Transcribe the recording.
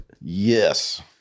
Yes